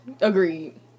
Agreed